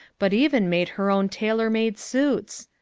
but even made her own tailor-made suits.